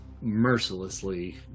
mercilessly